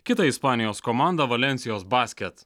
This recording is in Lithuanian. kitą ispanijos komandą valensijos basket